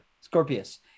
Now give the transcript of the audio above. Scorpius